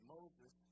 Moses